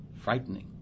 Frightening